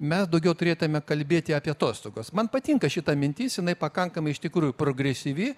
mes daugiau turėtume kalbėti apie atostogas man patinka šita mintis jinai pakankamai iš tikrųjų progresyvi